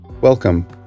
Welcome